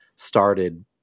started